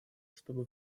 чтобы